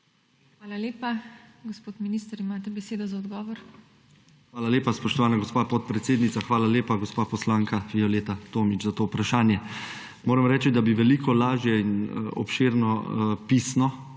Hvala lepa. Gospod minister, imate besedo za odgovor. JANEZ CIGLER KRALJ: Hvala lepa, spoštovana gospa podpredsednica. Hvala lepa, gospa poslanka Violeta Tomić za to vprašanje! Moram reči, da bi veliko lažje in obširno pisno